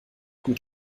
gut